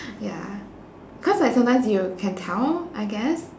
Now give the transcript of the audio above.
ya cause like sometimes you can tell I guess